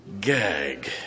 Gag